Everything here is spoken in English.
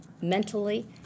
mentally